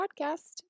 podcast